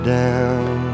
down